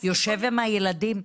יושב עם הילדים?